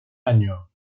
año